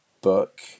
book